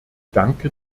danke